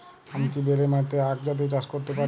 আমি কি বেলে মাটিতে আক জাতীয় চাষ করতে পারি?